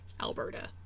Alberta